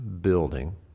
building